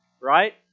right